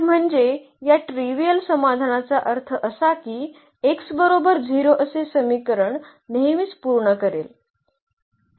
तर म्हणजे या ट्रीवियल समाधानाचा अर्थ असा की x बरोबर 0 असे समीकरण नेहमीच पूर्ण करेल